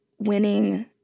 Winning